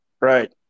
Right